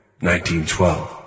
1912